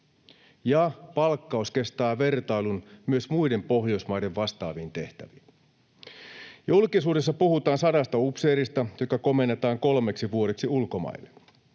ja palkkaus kestää vertailun myös muiden Pohjoismaiden vastaaviin tehtäviin. Julkisuudessa puhutaan sadasta upseerista, jotka komennetaan kolmeksi vuodeksi ulkomaille,